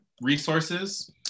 resources